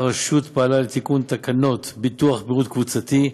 הרשות פעלה לתיקון תקנות ביטוח בריאות קבוצתי.